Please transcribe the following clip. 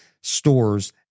stores